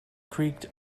creaked